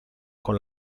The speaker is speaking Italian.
con